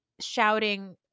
shouting